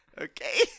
Okay